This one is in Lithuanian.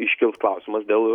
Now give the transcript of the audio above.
iškils klausimas dėl